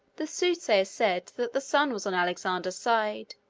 the soothsayers said that the sun was on alexander's side,